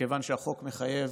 מכיוון שהחוק מחייב